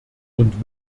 und